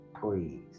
please